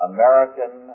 American